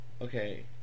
okay